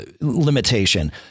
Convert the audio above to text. limitation